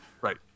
Right